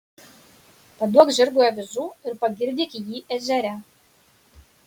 paduok žirgui avižų ir pagirdyk jį ežere